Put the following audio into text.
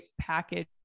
package